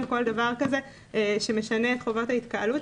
כל דבר כזה שמשנה את חובת ההתקהלות,